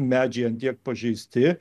medžiai ant tiek pažeisti